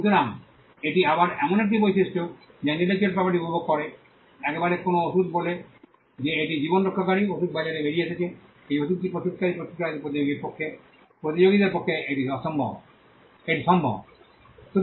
সুতরাং এটি আবার এমন একটি বৈশিষ্ট্য যা ইন্টেলেকচুয়াল প্রপার্টি উপভোগ করে একবার কোনও ওষুধ বলে যে এটি একটি জীবন রক্ষাকারী ওষুধবাজারে বেরিয়ে এসেছে এই ওষুধটি প্রস্তুতকারী প্রস্তুতকারকের প্রতিযোগীদের পক্ষে এটি সম্ভব